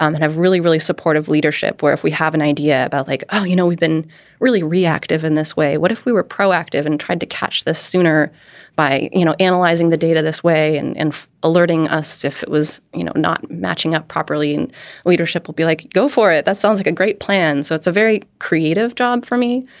um and i've really, really supportive leadership where if we have an idea about like, oh, you know, we've been really reactive in this way, what if we were proactive and tried to catch this sooner by, you know, analyzing the data this way and and alerting us if it was, you know, not matching up properly in leadership will be like, go for it. that sounds like a great plan. so it's a very creative job for me.